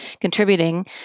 contributing